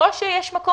או שיש מקום